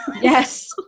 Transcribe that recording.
Yes